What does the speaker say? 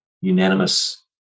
unanimous